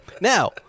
now